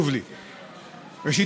ראשית,